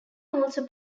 also